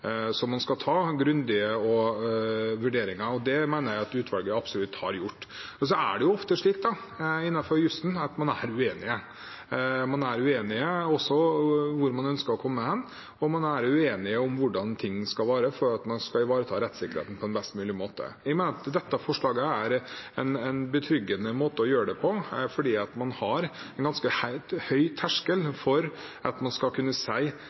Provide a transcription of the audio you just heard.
man skal foreta grundige vurderinger. Det mener jeg at utvalget absolutt har gjort. Men innenfor jussen er man ofte uenig. Man er uenig om hvor man ønsker å komme hen, og man er uenig om hvordan ting skal være for at man skal ivareta rettssikkerheten på en best mulig måte. Jeg mener at dette forslaget er en betryggende måte å gjøre det på, for man har en ganske høy terskel for å kunne si at denne saken klart ikke vil føre fram i lagmannsretten. Man